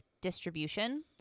distribution